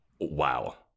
wow